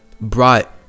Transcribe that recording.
brought